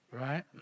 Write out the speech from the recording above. right